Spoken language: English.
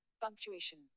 Punctuation